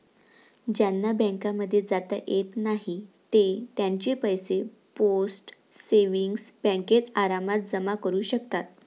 ज्यांना बँकांमध्ये जाता येत नाही ते त्यांचे पैसे पोस्ट सेविंग्स बँकेत आरामात जमा करू शकतात